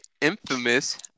infamous